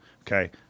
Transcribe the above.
Okay